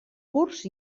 curts